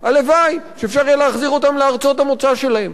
הלוואי שאפשר יהיה להחזיר אותם לארצות המוצא שלהם.